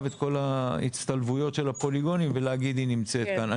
את ההצטלבויות של הפוליגונים ולהגיד היא נמצאת כאן.